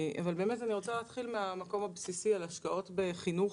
אני רוצה להתחיל מן המקום הבסיסי, מהשקעות בחינוך.